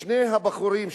שני הבחורים,